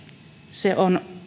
se on